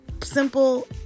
Simple